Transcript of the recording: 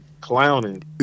clowning